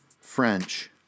French